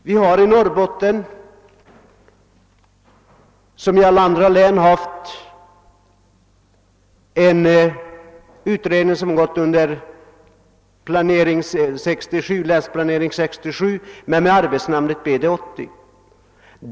Vi har i Norrbotten liksom i alla andra län företagit en utredning som kallas länsplanering 67 med arbetsnamnet BD 80.